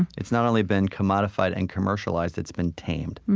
it's not only been commodified and commercialized it's been tamed.